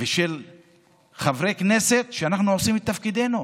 של חברי הכנסת כשאנחנו עושים את תפקידנו.